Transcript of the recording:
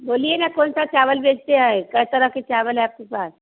बोलिए न कौन सा चावल बेचते हैं कै तरह के चावल है आपके पास